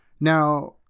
Now